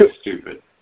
stupid